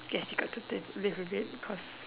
guess you got to dip live with it cause